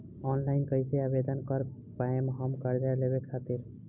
Online कइसे आवेदन कर पाएम हम कर्जा लेवे खातिर?